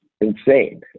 insane